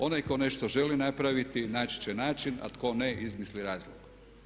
Onaj tko nešto želi napraviti naći će način a tko ne izmisli razlog.